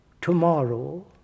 tomorrow